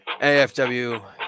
AFW